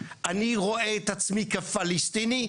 אני רואה את עצמי כפלסטיני,